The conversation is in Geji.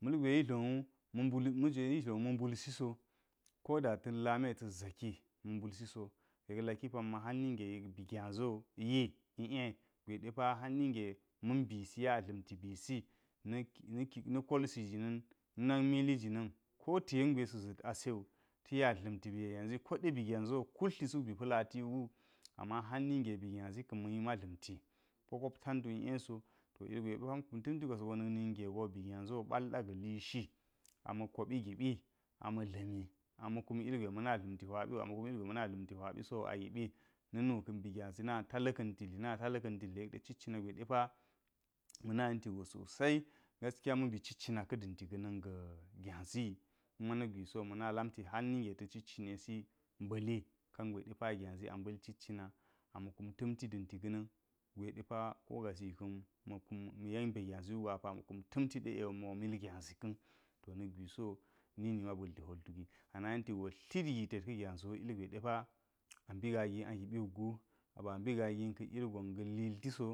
mal gwe yi dlowu ma̱ mbal majwe ma̱ mbulsi so koda ta̱n lami tas zaki ma̱ mbulsigo yek laki pamma hd minge yek bi gyazi wo yi i’e gwe depa hal ninge ma̱u bisi ya ha̱nti bisi na̱- na̱ kolsi jina̱n na̱ nak miliji-na̱no ko ta̱ yen gwe sa̱ za̱t aɛ wu ta̱ya ɗla̱mti bi gyazi koɗa bigyazi kutlsi suk bi pa̱latiwo ama hol ninge bu gyazi ka̱n ma̱ya dla̱mti po kop tantu i’eso to yek ɗa ham ta̱nti gwas wo na̱n ninge go bi gyazi wo bol ɗa ga̱ lishi ama̱ koɓi gibi ama̱ dla̱mi ama̱ kunu ilgwe ma̱na dlamti hwa ɓiwu a ma̱ kun ilgwe ma̱na dla̱mti hwa ɓi sawu agiɓi na̱ nu ka̱n bigyazi nata la̱ka̱nti dli na ta la̱ka̱nti dli yek de cit cina gwe depa ma̱na yenti go gaskiya ma̱ mbi cit cina ka̱ danti ga̱ na̱n ga̱ gyazi kuma na̱k gwisi ma̱na lamti hal ninge ta̱ cit cinesi mɓa̱li kangwe dapa gyazi a mɓal cit cina a ma̱ kuu ta̱mti da̱n ti ga̱na̱n gwe depa ko kasi ka̱n ma̱ kum ma̱ yen ba gyazi wugwa apa ma̱ kun ta̱mti de mo mil gyazi ka̱n, to na̱k gwisi wo ninima ba̱l ti hwol tuki ana yenti jo hlid gited ka̱ gyazi wo ilgwe depa ambi ga gi agiɓi wukgu aba mbi gaa gi ka̱ ilgon ga̱ liltiso.